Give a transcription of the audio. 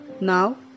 Now